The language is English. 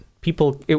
people